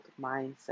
mindset